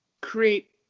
create